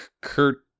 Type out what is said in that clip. Kurt